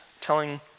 telling